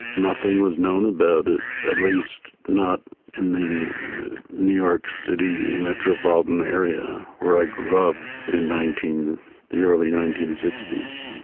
nothing was known about it, at least not in the new york city metropolitan area where i grew up in the early nineteen sixty s.